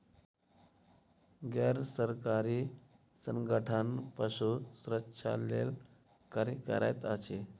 गैर सरकारी संगठन पशु सुरक्षा लेल कार्य करैत अछि